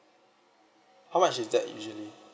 how much is that usually